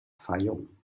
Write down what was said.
fayoum